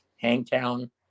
Hangtown